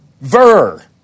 ver